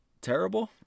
terrible